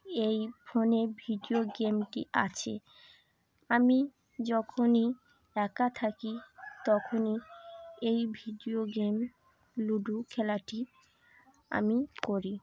এই ফোনে ভিডিও গেমটি আছে আমি যখনই একা থাকি তখনই এই ভিডিও গেম লুডো খেলাটি আমি করি